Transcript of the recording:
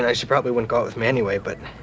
and she probably wouldn't go out with me, anyway, but